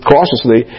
cautiously